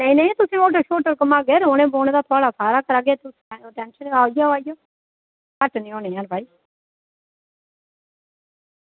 नेईं नेईं तुसेंगी होटल शोटल घूमागे रौह्ने बौह्ने दा थुआढ़ा सारा करागे तुस टैंशन नि लैऔ आई जाओ आई जाओ अस ओह् नेह् नि हैन भाई